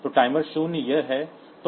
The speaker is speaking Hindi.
तो टाइमर शून्य यह है